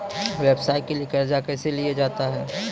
व्यवसाय के लिए कर्जा कैसे लिया जाता हैं?